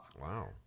Wow